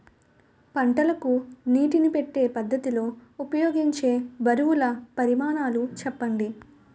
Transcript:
పంటలకు నీటినీ పెట్టే పద్ధతి లో ఉపయోగించే బరువుల పరిమాణాలు చెప్పండి?